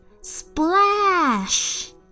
Splash